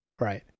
Right